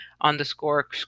underscore